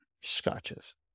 scotches